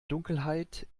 dunkelheit